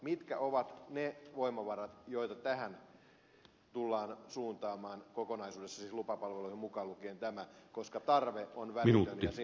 mitkä ovat ne voimavarat joita tähän tullaan suuntaamaan kokonaisuudessaan siis lupapalveluihin mukaan lukien tämä koska tarve on välitön ja siihen tarvitaan ihmisiä